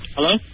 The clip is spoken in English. Hello